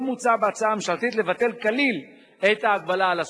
מוצע בהצעה הממשלתית לבטל כליל את ההגבלה על הסכום.